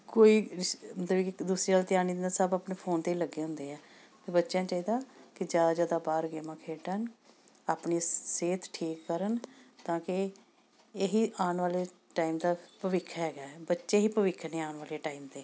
ਕੋਈ ਮਤਲਵ ਕਿ ਇੱਕ ਦੂਸਰੇ ਵੱਲ ਧਿਆਨ ਨਹੀਂ ਦਿੰਦਾ ਸਭ ਆਪਣੇ ਫੋਨ 'ਤੇ ਲੱਗੇ ਹੁੰਦੇ ਆ ਬੱਚਿਆਂ 'ਚ ਇਹਦਾ ਕਿ ਜ਼ਿਆਦਾ ਜ਼ਿਆਦਾ ਬਾਹਰ ਗੇਮਾਂ ਖੇਡਣ ਆਪਣੀ ਸਿਹਤ ਠੀਕ ਕਰਨ ਤਾਂ ਕਿ ਇਹੀ ਆਉਣ ਵਾਲੇ ਟਾਈਮ ਦਾ ਭਵਿੱਖ ਹੈਗਾ ਬੱਚੇ ਹੀ ਭਵਿੱਖ ਨੇ ਆਉਣ ਵਾਲੇ ਟਾਈਮ ਦੇ